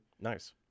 Nice